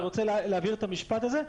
אני רוצה להבהיר את המשפט הזה.